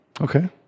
Okay